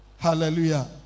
Hallelujah